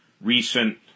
recent